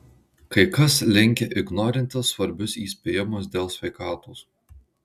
kai kas linkę ignorinti svarbius įspėjimus dėl sveikatos